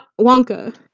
Wonka